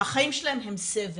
החיים שלהם הם סבל.